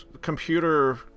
computer